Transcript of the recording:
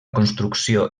construcció